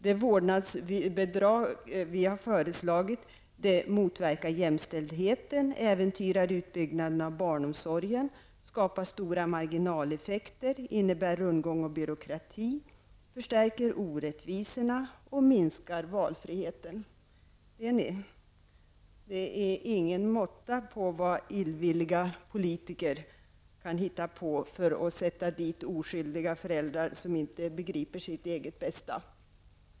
Det vårdnadsbidrag vi har föreslagit motverkar jämställdheten, äventyrar utbyggnaden av barnomsorgen, skapar stora marginaleffekter, innebär rundgång och byråkrati, förstärker orättvisorna och minskar valfriheten. Det ni! Det är ingen måtta på vad illvilliga politiker hittar på för att sätta dit oskyldiga föräldrar, som inte begriper sitt eget bästa.